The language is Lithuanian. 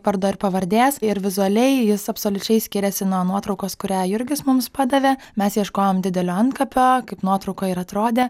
vardo ir pavardės ir vizualiai jis absoliučiai skiriasi nuo nuotraukos kurią jurgis mums padavė mes ieškojom didelio antkapio kaip nuotraukoj ir atrodė